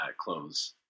clothes